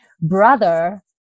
brother